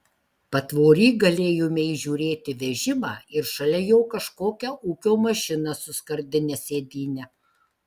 patvory galėjome įžiūrėti vežimą ir šalia jo kažkokią ūkio mašiną su skardine sėdyne